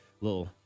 Little